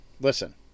Listen